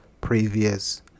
previous